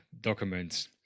documents